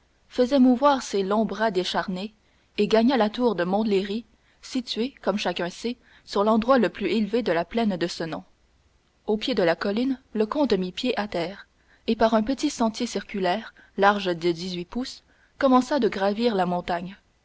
faisait mouvoir ses longs bras décharnés et gagna la tour de montlhéry située comme chacun sait sur l'endroit le plus élevé de la plaine de ce nom au pied de la colline le comte mit pied à terre et par un petit sentier circulaire large de dix-huit pouces commença de gravir la montagne